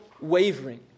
wavering